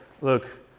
Look